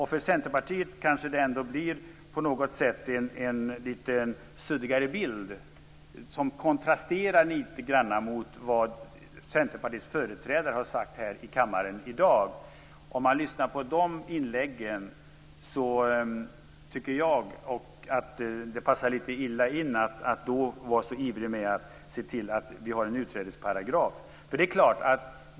För Centerpartiet blir det kanske ändå på något sätt en suddigare bild, som kontrasterar lite grann mot det Centerpartiets företrädare har sagt här i kammaren i dag. Efter att ha lyssnat på de inläggen kan jag säga att jag inte tycker att det passar att vara så ivrig med att se till att det skapas en utträdesparagraf.